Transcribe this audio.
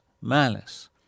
malice